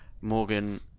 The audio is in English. Morgan